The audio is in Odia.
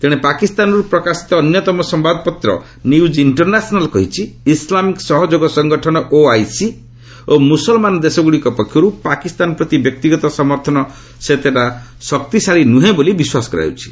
ତେଣେ ପାକିସ୍ତାନରୁ ପ୍ରକାଶିତ ଅନ୍ୟତମ ସମ୍ଭାଦପତ୍ର 'ନ୍ୟୁଜ୍ ଇଣ୍ଟର୍ନ୍ୟାସନାଲ୍' କହିଛି ଇସ୍ଲାମିକ୍ ସହଯୋଗ ସଙ୍ଗଠନ ଓଆଇସି ଓ ମୁସଲ୍ମାନ ଦେଶଗୁଡ଼ିକ ପକ୍ଷରୁ ପାକିସ୍ତାନ ପ୍ରତି ବ୍ୟକ୍ତିଗତ ସମର୍ଥନ ସେତେଟା ଶକ୍ତିଶାଳୀ ନୁହେଁ ବୋଲି ବିଶ୍ୱାସ କରାଯାଉଛି